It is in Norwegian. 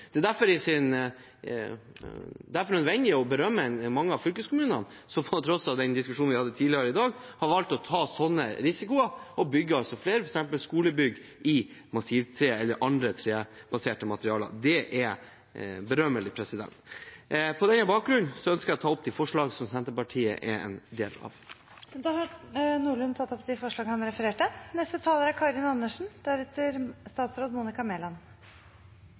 Det er derfor nødvendig å berømme mange av fylkeskommunene, som på tross av den diskusjonen vi hadde tidligere i dag, har valgt å ta slike risikoer og bygger flere bygg, f.eks. skolebygg, av massivt tre eller andre trebaserte materialer. Det bør berømmes. På den bakgrunn ønsker jeg å ta opp de forslagene som Senterpartiet er en del av. Representanten Willfred Nordlund har tatt opp de forslagene han refererte til. Norge må skape flere hundretusen arbeidsplasser til erstatning for dem som i dag er